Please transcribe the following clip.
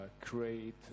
create